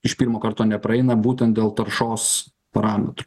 iš pirmo karto nepraeina būtent dėl taršos parametrų